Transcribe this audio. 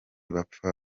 bapfa